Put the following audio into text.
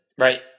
right